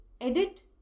edit